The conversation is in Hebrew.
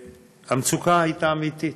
המצוקה הייתה אמיתית,